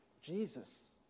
Jesus